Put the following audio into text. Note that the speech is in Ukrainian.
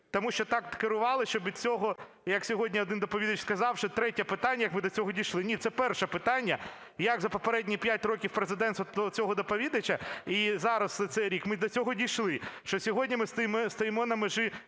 тому що так керували, щоб цього... Як сьогодні один доповідач сказав, що третє питання: як ви до цього дійшли? Ні, це перше питання: як за попередні 5 років президенства цього доповідача і зараз за цей рік ми до цього дійшли, що сьогодні ми стоїмо на межі